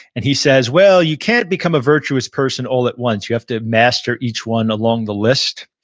and he says, well, you can't become a virtuous person all at once. you have to master each one along the list,